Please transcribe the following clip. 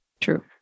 True